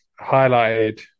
highlighted